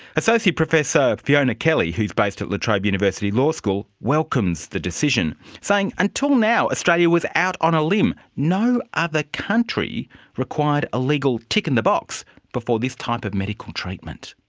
associate professor fiona kelly who is based at la trobe university law school welcomes the decision, saying until now australia was out on a limb, no other country required a legal tick in the box before this type of medical treatment.